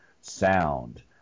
sound